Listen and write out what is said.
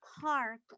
Park